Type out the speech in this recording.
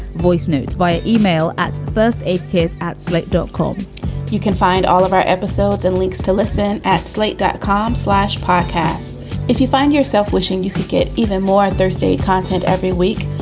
voice notes via email at first aid kit at select dot com you can find all of our episodes and links to listen at slate dot com slash podcast if you find yourself wishing you could get even more thirsty content every week.